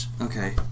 Okay